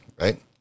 right